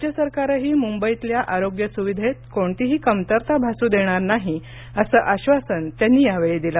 राज्य सरकारही मुंबईतल्या आरोग्य सुविधेत कोणतीही कमतरता भासू देणार नाही असं आश्वासन त्यांनी यावेळी दिलं